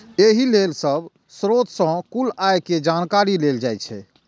एहि लेल सब स्रोत सं कुल आय के जानकारी लेल जाइ छै